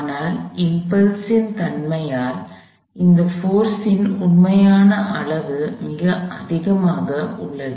ஆனால் இம்பல்ஸ் இன் தன்மையால் அந்த போர்ஸ் இன் உண்மையான அளவு மிக அதிகமாக உள்ளது